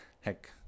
Heck